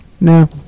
No